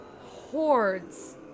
hordes